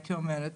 הייתי אומרת,